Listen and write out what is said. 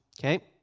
okay